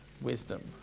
wisdom